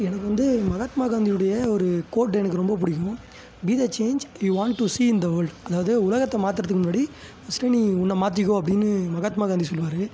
எனக்கு வந்து மகாத்மா காந்தியுடைய ஒரு கோட் எனக்கு ரொம்ப பிடிக்கும் be the change you want to see in the world அதாவது உலகத்தை மாற்றுறதுக்கு முன்னாடி ஃபஸ்ட்டு நீ உன்னை மாற்றிக்கோ அப்படின்னு மகாத்மா காந்தி சொல்லுவார்